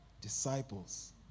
disciples